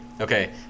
Okay